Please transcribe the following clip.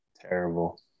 Terrible